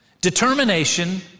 determination